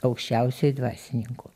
aukščiausiuoju dvasininku